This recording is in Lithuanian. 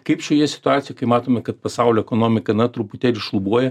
kaip šioje situacijoj kai matome kad pasaulio ekonomika na truputėlį šlubuoja